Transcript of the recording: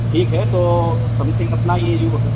ठीक है तो समथिंग अपना यह जो है